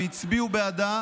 הצביעו בעדה